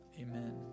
Amen